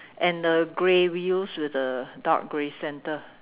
and uh grey wheels with a dark grey centre